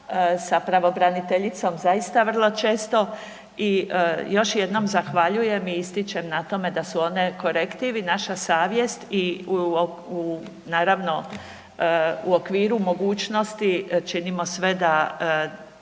sa pravobraniteljicom zaista vrlo često i još jednom zahvaljujem i ističem na tome da su one korektiv i naša savjest i naravno u okviru mogućnosti činimo sve da,